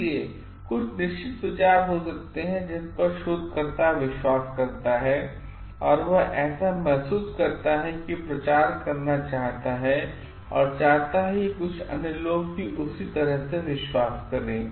इसलिए कुछ निश्चित विचार हो सकते हैं जिस पर शोधकर्ता विश्वास करता है और वह ऐसा महसूस करता है कि वह प्रचार करना चाहता है और चाहता है कि अन्य लोग भी उस तरह से विश्वास करें